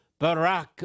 Barack